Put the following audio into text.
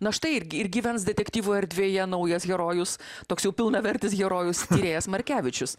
na štai ir ir gyvens detektyvų erdvėje naujas herojus toks jau pilnavertis herojus tyrėjas markevičius